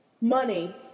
money